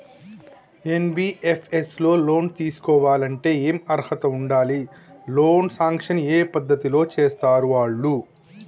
NBFS లో loan తీస్కోవాలంటే ఏం అర్హత ఉండాలి? లోన్ సాంక్షన్ ఏ పద్ధతి లో చేస్తరు వాళ్లు?